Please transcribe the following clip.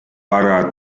пора